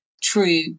true